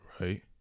right